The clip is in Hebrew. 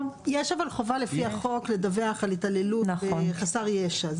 אבל יש חובה לפי החוק לדווח על התעללות בחסר ישע.